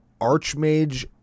Archmage